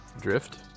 Drift